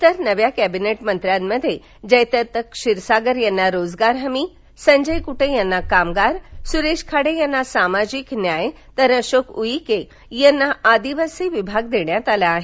तर नव्या क्विनेट मंत्र्यांमध्ये जयदत्त क्षीरसागर यांना रोजगार हमी संजय कुटे यांना कामगार सुरेश खाडे यांना सामाजिक न्याय तर अशोक उईके यांना आदिवासी विकास विभाग देण्यात आला आहे